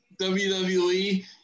WWE